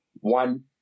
one